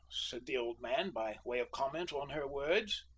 said the old man, by way of comment on her words.